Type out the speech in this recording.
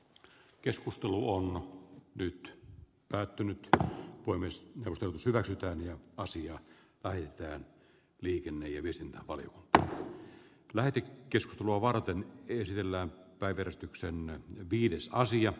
keskustelu on nyt päättynyt niitä voi myös hyväksytään hyvä että tämä puoli ja viestintä oy ab lähetti keskustelua varten riisillä mahdollisuus otettaisiin myöskin huomioon